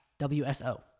WSO